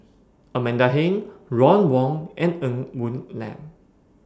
Amanda Heng Ron Wong and Ng Woon Lam